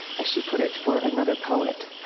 as she put it for another poet.